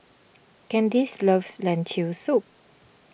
Candyce loves Lentil Soup